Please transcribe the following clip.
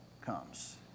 comes